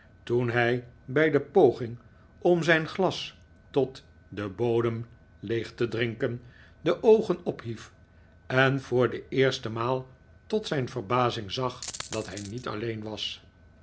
toen hij bij de poging om zijn glas tot den bodem leeg te drinken de oogen ophief en voor de eerste maal tot zijn verbazing zag dat hij niet alleen was